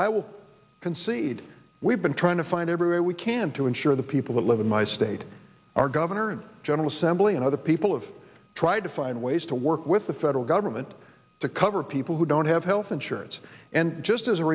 i will concede we've been trying to find every way we can to ensure the people that live in my state our governor general assembly and other people have tried to find ways to work with the federal government to cover people who don't have health insurance and just as a